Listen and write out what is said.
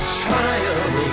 child